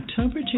October